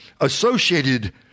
associated